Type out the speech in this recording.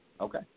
Okay